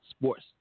sports